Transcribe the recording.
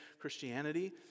Christianity